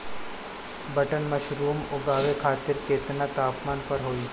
Button mushroom उगावे खातिर केतना तापमान पर होई?